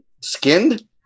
Skinned